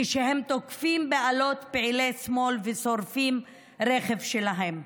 כשהם תוקפים באלות פעילי שמאל ושורפים רכב שלהם.